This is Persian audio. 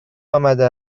آمده